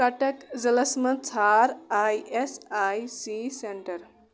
کَٹک ضِلعس مَنٛز ژھار I S I C centre